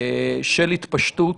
של התפשטות